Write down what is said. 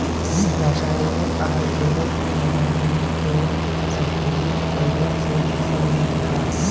राशयानिक आर जैविक उर्वरकेर संतुलित प्रयोग से फसल लहलहा